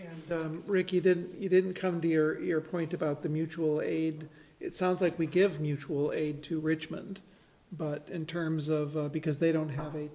ricky didn't you didn't come to your point about the mutual aid it sounds like we give mutual aid to richmond but in terms of because they don't have